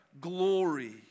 glory